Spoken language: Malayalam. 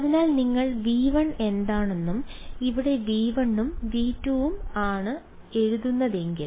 അതിനാൽ നിങ്ങൾ V1 എന്താണെന്നും ഇവിടെ V1 ഉം V2 ഉം ആണ് എഴുതുന്നതെങ്കിൽ